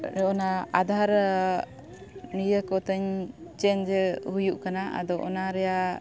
ᱚᱱᱟ ᱟᱫᱷᱟᱨ ᱱᱤᱭᱟᱹ ᱠᱚᱛᱤᱧ ᱪᱮᱧᱡᱽ ᱦᱩᱭᱩᱜ ᱠᱟᱱᱟ ᱟᱫᱚ ᱚᱱᱟ ᱨᱮᱭᱟᱜ